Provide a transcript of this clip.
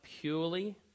purely